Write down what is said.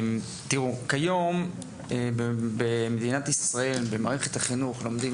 כיום במערכת החינוך במדינת ישראל לומדים